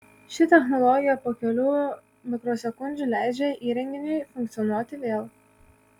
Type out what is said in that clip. ši technologija po kelių mikrosekundžių leidžia įrenginiui funkcionuoti vėl